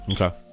Okay